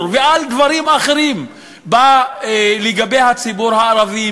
ועל דברים אחרים לגבי הציבור הערבי,